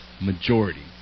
majority